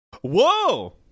Whoa